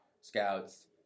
scouts